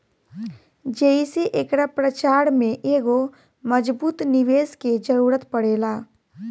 जेइसे एकरा प्रचार में एगो मजबूत निवेस के जरुरत पड़ेला